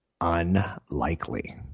Unlikely